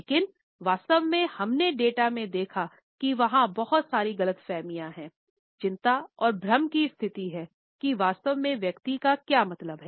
लेकिन वास्तव में हम ने डेटा में देखा कि वहाँ बहुत सारी ग़लतफहमी हैं चिंता और भ्रम की स्थिति हैं कि वास्तव में व्यक्ति का क्या मतलब हैं